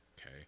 okay